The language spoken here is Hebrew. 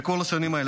בכל השנים האלה.